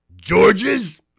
George's